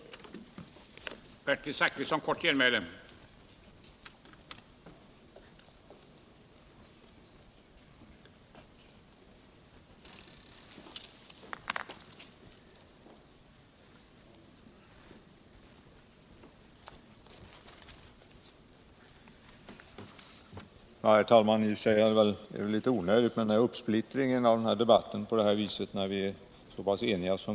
förbättra kollektiv